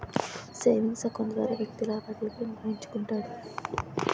savings account ద్వారా వ్యక్తి లావాదేవీలు నిర్వహించుకుంటాడు